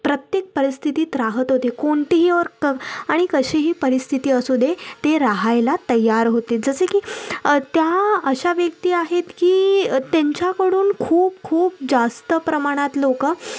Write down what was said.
प्रत्येक परिस्थितीत राहत होते कोणतीही ओर क आणि कशीही परिस्थिती असू दे ते रहायला तयार होते जसे की त्या अशा व्यक्ती आहेत की त्यांच्याकडून खूप खूप जास्त प्रमाणात लोकं